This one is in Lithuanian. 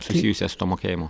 susijusią su tuo mokėjimu